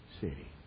city